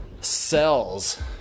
Cells